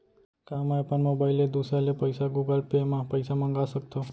का मैं अपन मोबाइल ले दूसर ले पइसा गूगल पे म पइसा मंगा सकथव?